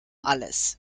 alles